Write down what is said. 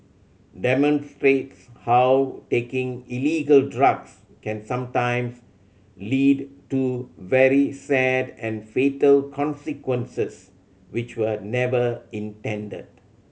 demonstrates how taking illegal drugs can sometimes lead to very sad and fatal consequences which were never intended